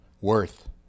worth